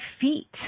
feet